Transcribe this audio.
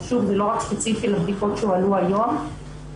ושוב זה לא רק ספציפי לבדיקות שהועלו היום,